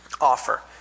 offer